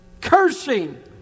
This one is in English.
cursing